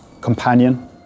companion